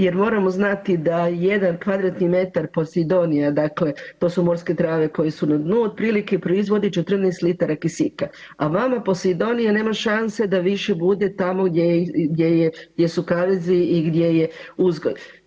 Jer moramo znati da jedan kvadratni metar posidonija dakle, to su morske trave koje su na dnu otprilike proizvode 14 litara kisika, a vama posidonija nema šanse da više bude tamo gdje su kavezi i gdje je uzgoj.